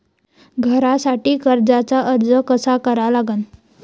घरासाठी कर्जाचा अर्ज कसा करा लागन?